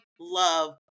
love